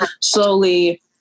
slowly